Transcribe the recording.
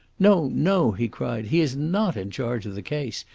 no, no, he cried he is not in charge of the case.